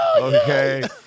okay